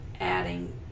adding